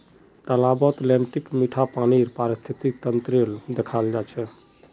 तालाबत लेन्टीक मीठा पानीर पारिस्थितिक तंत्रक देखाल जा छे